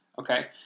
okay